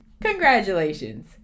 congratulations